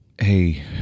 Hey